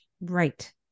Right